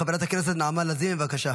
חברת הכנסת נעמה לזימי, בבקשה.